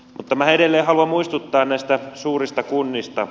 minä edelleen haluan muistuttaa näistä suurista kunnista